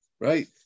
right